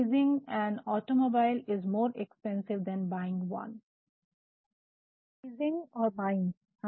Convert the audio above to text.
leasing an automobile is more expensive than buying one' " automobile को पट्टे पर देना खरीदने से ज्यादा महंगा होता है" तो लीजिंग और बाइंग